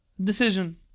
decision